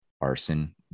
arson